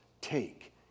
take